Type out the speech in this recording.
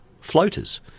floaters